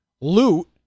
loot